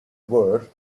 word